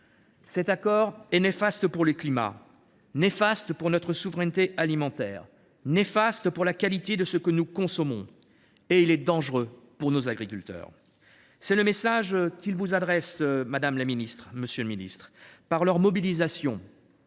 Cet accord est néfaste pour le climat, néfaste pour notre souveraineté alimentaire, néfaste pour la qualité de ce que nous consommons. Il est dangereux pour nos agriculteurs : tel est le message qu’ils vous adressent par leur mobilisation, madame la ministre, monsieur le ministre,